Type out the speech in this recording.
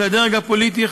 הדרג הפוליטי,